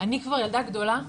אני כבר ילדה גדולה,